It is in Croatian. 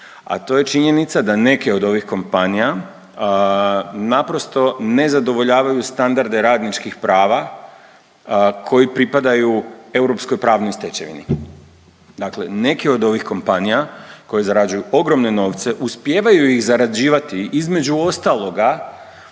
a to je činjenica da neke od ovih kompanija naprosto ne zadovoljavaju standarde radničkih prava koji pripadaju europskoj pravnoj stečevini, dakle neke od ovih kompanija koje zarađuju ogromne novce uspijevaju ih zarađivati između ostaloga